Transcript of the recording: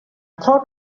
thought